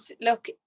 look